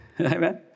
Amen